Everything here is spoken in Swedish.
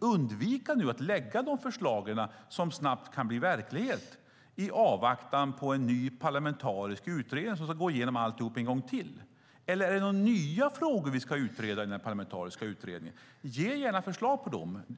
undvika att lägga fram de förslag som snabbt kan bli verklighet i avvaktan på en ny parlamentarisk utredning som ska gå igenom alltihop en gång till? Är det några nya frågor vi ska utreda i den här parlamentariska utredningen? Ge gärna förslag på dem.